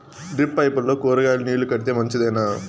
Drip పైపుల్లో కూరగాయలు నీళ్లు కడితే మంచిదేనా?